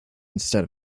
instead